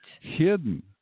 Hidden